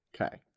Okay